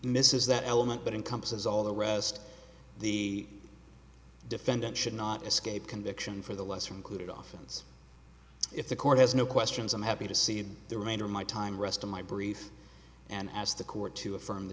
misses that element but encompasses all the rest the defendant should not escape conviction for the lesser included oftens if the court has no questions i'm happy to cede the remainder of my time rest of my brief and ask the court to affirm the